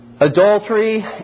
adultery